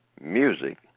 music